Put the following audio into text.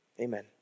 Amen